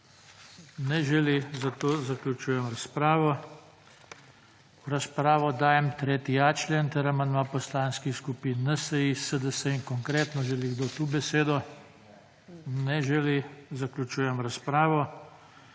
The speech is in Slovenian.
Ne želi, zato zaključujem razpravo. V razpravo dajem 3.a člen ter amandma poslanskih skupin NSi, SDS in Konkretno. Želi kdo tu besedo? Ne želi, zaključujem razpravo.